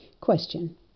Question